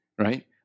Right